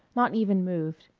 not even moved.